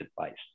advice